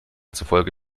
zufolge